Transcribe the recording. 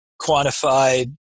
quantified